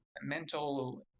mental